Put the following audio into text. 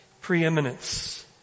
preeminence